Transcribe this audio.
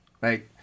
right